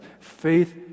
faith